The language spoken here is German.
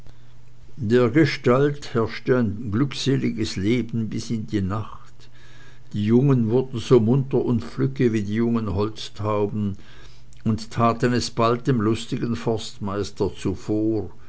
dergestalt herrschte ein glückseliges leben bis in die nacht die jungen wurden so munter und flügge wie die jungen holztauben und taten es bald dem lustigen forstmeister zuvor